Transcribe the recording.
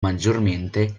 maggiormente